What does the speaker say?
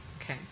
Okay